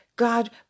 God